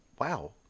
wow